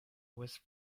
was